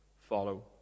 follow